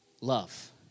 love